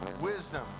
wisdom